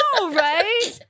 right